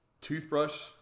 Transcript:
toothbrush